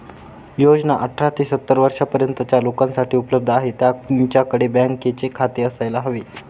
योजना अठरा ते सत्तर वर्षा पर्यंतच्या लोकांसाठी उपलब्ध आहे, त्यांच्याकडे बँकेचे खाते असायला हवे